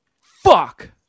fuck